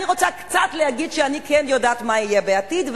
אני רוצה קצת להגיד שאני יודעת מה יהיה בעתיד,